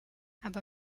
aber